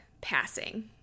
passing